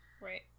Right